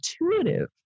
intuitive